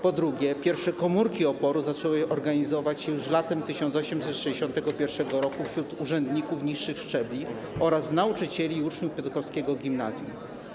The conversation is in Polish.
Po drugie, pierwsze komórki oporu zaczęły organizować się już latem 1861 r. wśród urzędników niższych szczebli oraz nauczycieli i uczniów piotrkowskiego gimnazjum.